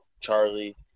Charlie